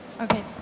Okay